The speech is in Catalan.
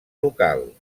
local